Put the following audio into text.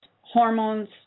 hormones